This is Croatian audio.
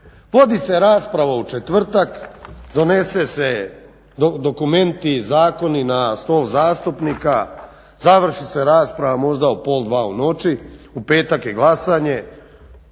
Vodi se rasprava u četvrtak, donesu se dokumenti, zakoni na stol zastupnika, završi se rasprava možda u pola 2 u noći u petak je glasanje